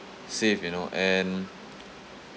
save you know and